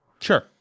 Sure